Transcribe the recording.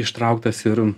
ištrauktas ir